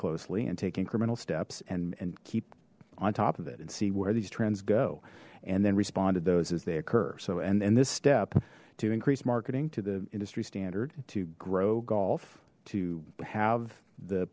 closely and take incremental steps and and keep on top of it and see where these trends go and then respond to those as they occur so and in this step to increase marketing to the industry standard to grow golf to have the